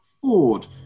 Ford